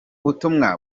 butumwa